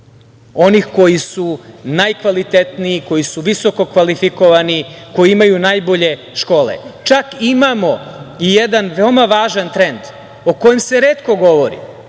onih koji su najkvalitetniji, onih koji su visoko kvalifikovani, koji imaju najbolje škole. Čak imamo i jedan veoma važan trend o kojem se retko govori